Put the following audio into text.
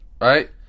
Right